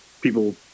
people